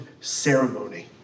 ceremony